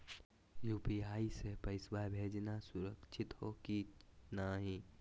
UPI स पैसवा भेजना सुरक्षित हो की नाहीं?